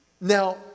Now